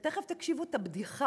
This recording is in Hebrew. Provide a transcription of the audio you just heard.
ותכף תקשיבו לבדיחה,